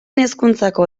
hezkuntzako